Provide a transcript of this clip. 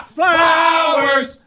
flowers